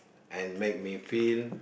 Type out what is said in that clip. and make me feel